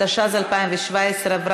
התשע"ז 2017, נתקבל.